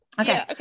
Okay